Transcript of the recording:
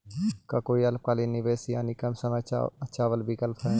का कोई अल्पकालिक निवेश यानी कम समय चावल विकल्प हई?